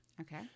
Okay